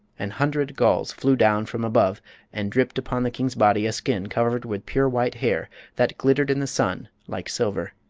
an hundred gulls flew down from above and dripped upon the king's body a skin covered with pure white hair that glittered in the sun like silver.